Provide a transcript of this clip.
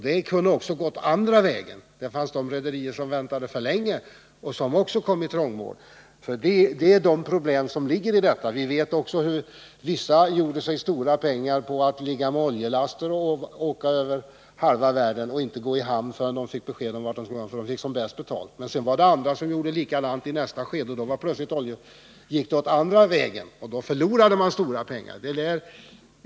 Det kunde också ha gått den andra vägen; det fanns rederier som väntade för länge och som också kom i trångmål. Vi vet också att vissa gjorde sig stora pengar på att åka över halva världen med oljelaster och inte gå i hamn förrän de fått besked om var de kunde få bäst betalt. När sedan andra gjorde likadant i nästa skede gick det plötsligt åt andra hållet, och de förlorade stora pengar.